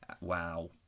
Wow